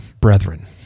brethren